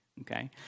okay